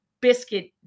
biscuit